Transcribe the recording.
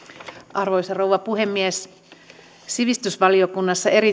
arvoisa rouva puhemies sivistysvaliokunnassa